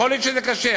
יכול להיות שזה קשה.